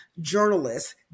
journalists